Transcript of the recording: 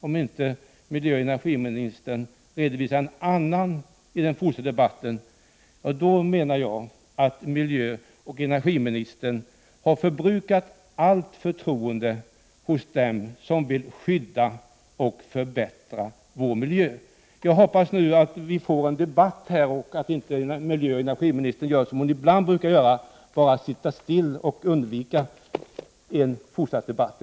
Om inte miljöoch energiministern redovisar en annan inställning i en fortsatt debatt, menar jag att hon mister allt förtroende hos dem som vill skydda och förbättra vår miljö. Jag hoppas att vi får en debatt och att inte miljöoch energiministern gör som hon ibland brukar göra, nämligen bara sitter still och undviker fortsatt debatt.